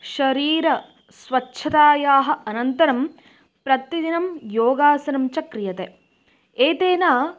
शरीरस्वच्छतायाः अनन्तरं प्रतिदिनं योगासनं च क्रियते एतेन